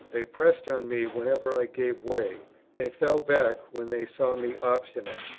they pressed on me whenever i gave way they fell back when they saw me obstinate.